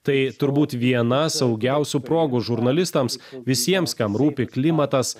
tai turbūt viena saugiausių progų žurnalistams visiems kam rūpi klimatas